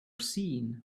seen